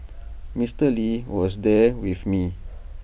Mister lee was there with me